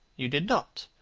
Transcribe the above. you did not.